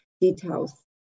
details